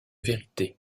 vérité